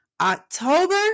October